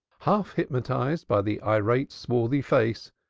half hypnotized by the irate swarthy face,